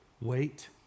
wait